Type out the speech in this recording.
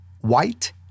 white